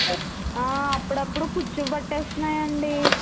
అప్పుడప్పుడు పుచ్చు బట్టేస్తున్నాయి అండి